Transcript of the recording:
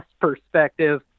perspective